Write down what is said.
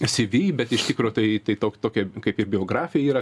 syvy bet iš tikro tai tai tokia kaip ir biografija yra